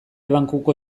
bankuko